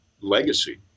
Legacy